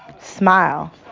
Smile